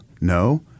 No